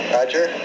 Roger